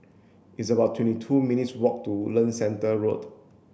it's about twenty two minutes' walk to Woodlands Centre Road